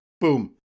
boom